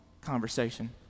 conversation